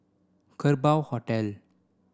Kerbau Hotel